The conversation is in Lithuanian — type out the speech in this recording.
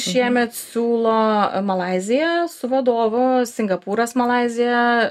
šiemet siūlo malaiziją su vadovu singapūras malaizija